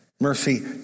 Mercy